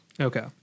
Okay